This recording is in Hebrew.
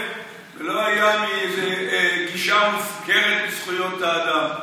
ולא היה מאיזו גישה מופקרת לזכויות האדם.